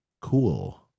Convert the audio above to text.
Cool